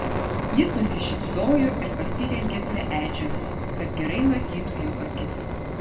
jis nusišypsojo ir pasilenkė prie edžio kad gerai matytų jo akis